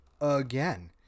again